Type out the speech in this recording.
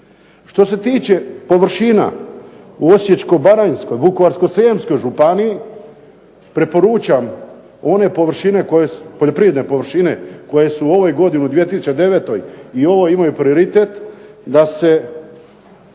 Što se tiče površina u Osječko-baranjskoj, Vukovarsko-srijemskoj županiji preporučam one poljoprivredne površine koje su u ovoj godini 2009. i ovo imaju prioritet da se